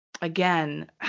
again